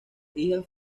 hijas